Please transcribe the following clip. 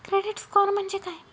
Credit score म्हणजे काय?